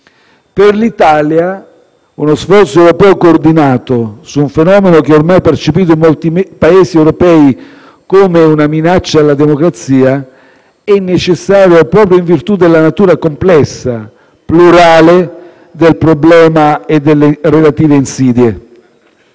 Per l'Italia, uno sforzo europeo coordinato su un fenomeno ormai percepito in molti Paesi europei come una minaccia alla democrazia è necessario, proprio in virtù della natura complessa e plurale del problema e delle relative insidie.